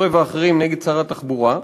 חורב ואחרים נגד שר התחבורה: